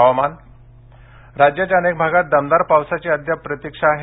हवामान राज्याच्या अनेक भागात दमदार पावसाची अद्याप प्रतीक्षा आहे